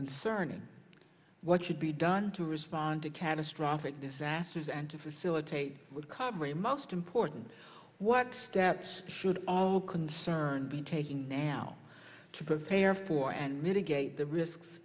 concerning what should be done to respond to catastrophic disasters and to facilitate would cover a most important what steps should all concerned be taking now to pay or for and mitigate the risks